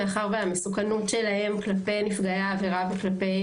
מאחר שהמסוכנות שלהם כלפי נפגעי העבירה וכלפי